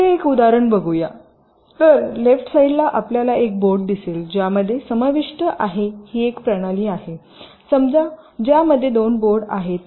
येथे एक उदाहरण बघूयातर लेफ्ट साईडला आपल्याला एक बोर्ड दिसेल ज्यामध्ये समाविष्ट आहे ही एक प्रणाली आहे समजा ज्यामध्ये दोन बोर्ड असतात